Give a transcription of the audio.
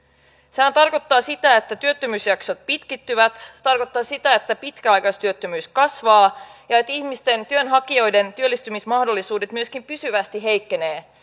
sehän tarkoittaa sitä että työttömyysjaksot pitkittyvät se tarkoittaa sitä että pitkäaikaistyöttömyys kasvaa ja että työnhakijoiden työllistymismahdollisuudet myöskin pysyvästi heikkenevät